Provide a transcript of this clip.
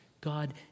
God